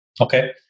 Okay